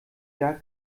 gar